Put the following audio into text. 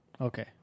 Okay